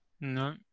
No